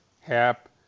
Hap